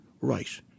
right